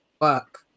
work